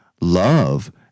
love